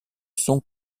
sont